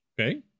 Okay